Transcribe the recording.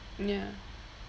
ya